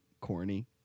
corny